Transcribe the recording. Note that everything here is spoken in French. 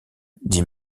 dit